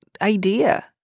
idea